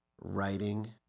writing